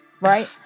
right